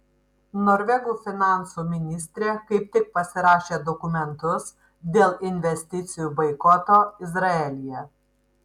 norvegų finansų ministrė kaip tik pasirašė dokumentus dėl investicijų boikoto izraelyje